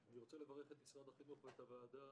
אני רוצה לברך את משרד החינוך ואת הוועדה